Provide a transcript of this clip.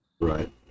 Right